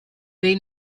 they